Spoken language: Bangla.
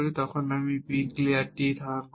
তখন আমি B ক্লিয়ার D ধারণ করি